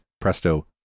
presto